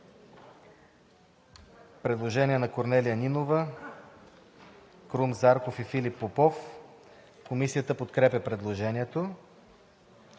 представители Корнелия Нинова, Крум Зарков и Филип Попов. Комисията подкрепя предложението.